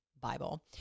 Bible